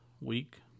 week